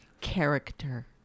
Character